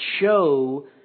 show